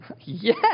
Yes